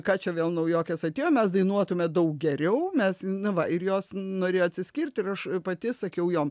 ką čia vėl naujokės atėjo mes dainuotume daug geriau mes na va ir jos norėjo atsiskirt ir aš pati sakiau jom